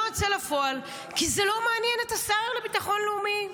יוצא לפועל כי זה לא מעניין את השר לביטחון לאומי.